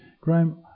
Graham